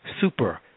super